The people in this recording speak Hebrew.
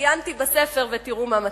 עיינתי בספר, ותראו מה מצאתי: